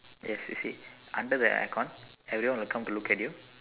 yes you see under the aircon everyone will come to look at you